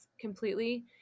completely